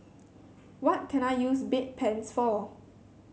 what can I use Bedpans for